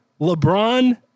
LeBron